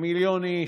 כמיליון איש,